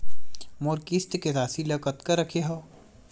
मोर किस्त के राशि ल कतका रखे हाव?